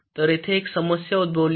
तर येथे एक समस्या उद्भवली आहे